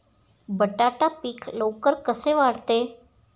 बटाटा पीक लवकर कसे वाढते?